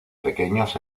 pequeños